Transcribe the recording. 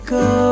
go